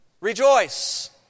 rejoice